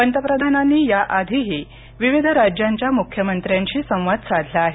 पंतप्रधानांनी या आधीही विविध राज्यांच्या मुख्यमंत्र्यांशी संवाद साधला आहे